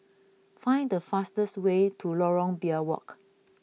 find the fastest way to Lorong Biawak